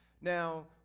Now